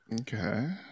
Okay